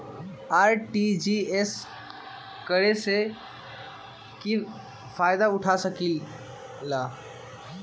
RTGS करे से की फायदा उठा सकीला?